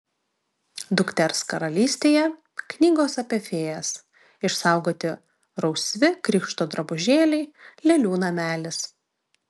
dukters karalystėje knygos apie fėjas išsaugoti rausvi krikšto drabužėliai lėlių namelis